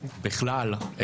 בכלל,